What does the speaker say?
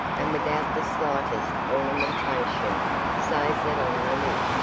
and without the slightest ornamentation save that on the lid,